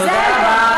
תודה רבה, תודה רבה.